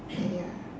ya